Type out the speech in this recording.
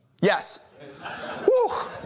Yes